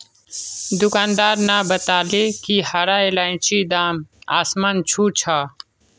दुकानदार न बताले कि हरा इलायचीर दाम आसमान छू छ